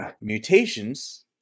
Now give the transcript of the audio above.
mutations